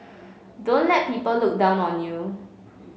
don't let people look down on you